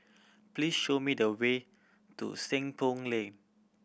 please show me the way to Seng Poh Lane